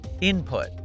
Input